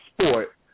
sport